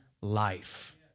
life